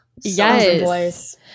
Yes